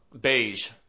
Beige